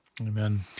Amen